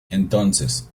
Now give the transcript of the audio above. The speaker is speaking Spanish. entonces